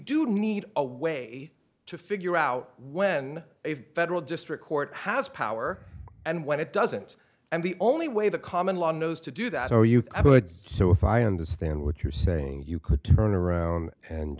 do need a way to figure out when a federal district court has power and what it doesn't and the only way the common law knows to do that so you would say so if i understand what you're saying you could turn around and